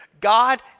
God